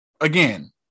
again